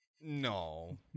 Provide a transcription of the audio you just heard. No